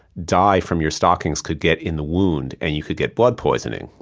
dye from your stockings could get in the wound and you could get blood poisoning,